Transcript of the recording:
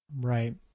Right